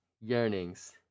yearnings